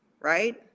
right